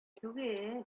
түгел